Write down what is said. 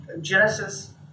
Genesis